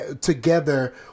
together